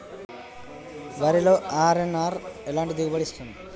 వరిలో అర్.ఎన్.ఆర్ ఎలాంటి దిగుబడి ఇస్తుంది?